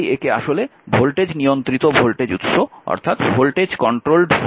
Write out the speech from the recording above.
তাই একে আসলে ভোল্টেজ নিয়ন্ত্রিত ভোল্টেজ উৎস বলা হয়